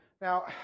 Now